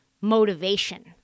motivation